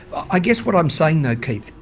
i guess what i'm saying though keith,